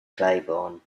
claiborne